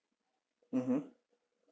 mmhmm